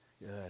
Good